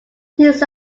these